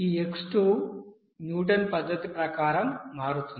ఈ x2 Newton పద్ధతి ప్రకారం మారుతోంది